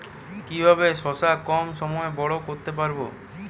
কিভাবে শশা কম সময়ে বড় করতে পারব?